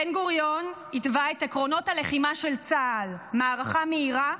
בן-גוריון התווה את עקרונות הלחימה של צה"ל: מערכה מהירה,